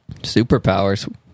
Superpowers